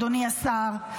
אדוני השר,